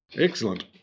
Excellent